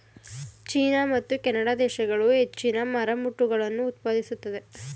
China ಮತ್ತು Canada ದೇಶಗಳು ಹೆಚ್ಚಿನ ಮರಮುಟ್ಟುಗಳನ್ನು ಉತ್ಪಾದಿಸುತ್ತದೆ